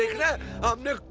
let me